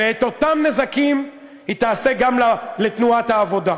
ואת אותם נזקים היא תעשה גם לתנועת העבודה.